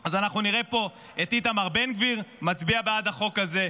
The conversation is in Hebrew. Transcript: אז אנחנו נראה פה את איתמר בן גביר מצביע בעד החוק הזה,